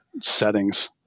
settings